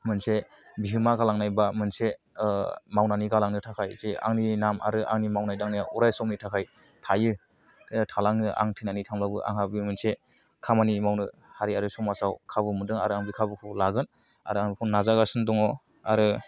मोनसे बिहोमा गालांनाय बा मोनसे मावनानै गालांनो थाखाय जे आंनि नाम आरो आंनि मावनाय दांनाया अराय समनि थाखाय थायो थालाङो आं थैनानै थांब्लाबो आंहाबो मोनसे खामानि मावनो हारि आरो समाजाव खाबु मोनदों आरो आं बे खाबुखौ लागोन आरो आं बेखौ नाजागासिनो दङ आरो